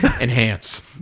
enhance